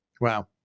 Wow